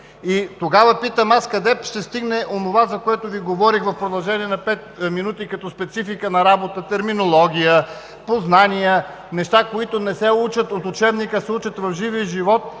Тогава питам аз къде ще стигне онова, за което Ви говорих в продължение на пет минути като специфика на работата, терминология, познания – неща, които не се учат от учебника, а се учат в живия живот